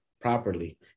properly